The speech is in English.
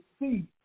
see